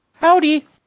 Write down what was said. Howdy